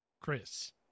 Chris